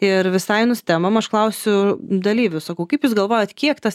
ir visai nustembam aš klausiu dalyvių sakau kaip jūs galvojat kiek tas